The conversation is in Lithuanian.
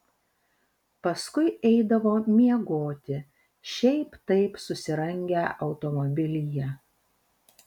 paskui eidavo miegoti šiaip taip susirangę automobilyje